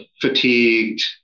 fatigued